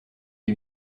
des